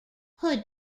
hood